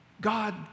God